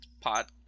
pot